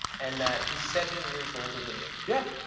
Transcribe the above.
and he's seven years older than me. yeah.